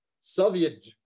Soviet